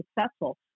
successful